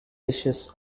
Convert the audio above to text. dishes